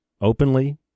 openly